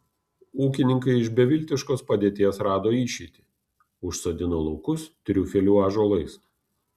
ūkininkai iš beviltiškos padėties rado išeitį užsodino laukus triufelių ąžuolais